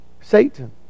Satan